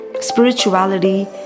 spirituality